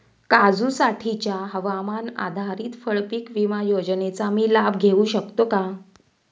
काजूसाठीच्या हवामान आधारित फळपीक विमा योजनेचा मी लाभ घेऊ शकतो का?